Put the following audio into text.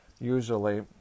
usually